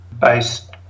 based